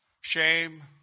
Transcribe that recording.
Shame